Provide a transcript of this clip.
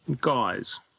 Guys